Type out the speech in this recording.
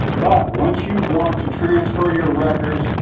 but once you want to transfer your records,